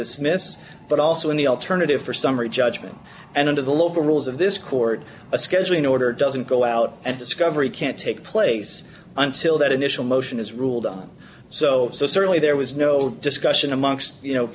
dismiss but also in the alternative for summary judgment and of the local rules of this court a scheduling order doesn't go out and discovery can't take place until that initial motion is ruled on so so certainly there was no discussion amongst you know